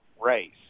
race